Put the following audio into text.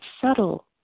subtle